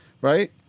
Right